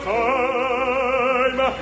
time